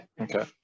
okay